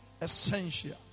essential